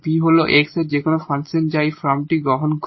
V হল x এর যেকোনো ফাংশন যা এই ফর্মটি গ্রহণ করে